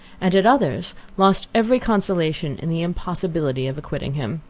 and at others, lost every consolation in the impossibility of acquitting him.